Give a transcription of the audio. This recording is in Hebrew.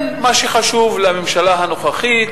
מה שחשוב לממשלה הנוכחית,